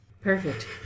Perfect